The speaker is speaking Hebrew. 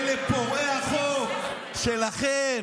אלה פורעי החוק שלכם,